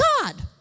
God